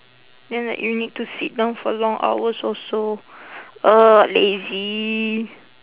then like you need to sit down for long hours also ugh lazy